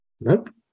Nope